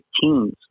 teens